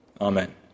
Amen